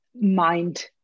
mind